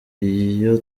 iyo